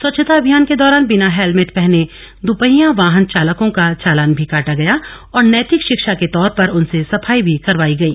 स्वच्छता अभियान के दौरान बिना हेलमेट पहने द्रपहिया वाहन चालकों का चालान भी काटा गया और नैतिक ॅशिक्षा के तौर पर उनसे सफाई भी करवाई गई